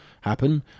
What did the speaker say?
happen